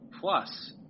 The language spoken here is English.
plus